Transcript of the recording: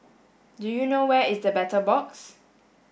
do you know where is The Battle Box